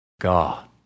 God